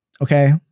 okay